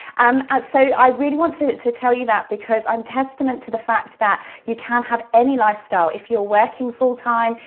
um and so i really want to to tell you that, because i'm testament to the fact that you can have any lifestyle. if you're working full-time,